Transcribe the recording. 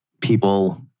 people